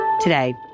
Today